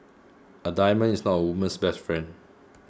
a diamond is not a woman's best friend